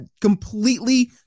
completely